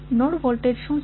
node voltage શું છે